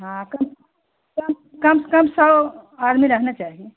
हाँ कम कम कम से कम सौ आदमी रहना चाहिए